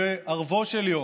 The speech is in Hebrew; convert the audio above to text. שבערבו של יום,